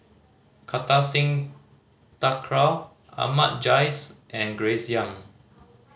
Kartar Singh Thakral Ahmad Jais and Grace Young